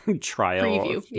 trial